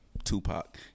Tupac